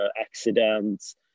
accidents